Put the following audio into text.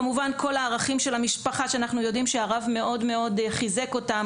כמובן כל הערכים של המשפחה שאנחנו יודעים שהרב מאוד מאוד חיזק אותם,